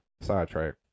Sidetrack